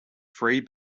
free